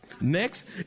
Next